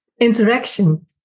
interaction